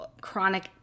chronic